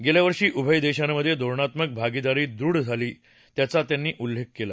गेल्या वर्षी उभय देशांमधे धोरणात्मक भागीदारी दृढ झाली याचा त्यांनी उल्लेख केला